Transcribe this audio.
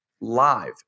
live